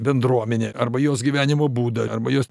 bendruomenė arba jos gyvenimo būdą arba jos